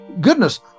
Goodness